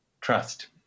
Trust